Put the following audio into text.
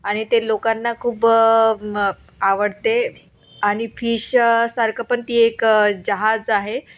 आणि ते लोकांना खूप आवडते आणि फिशसारखं पण ती एक जहाज आहे